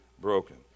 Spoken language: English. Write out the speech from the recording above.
broken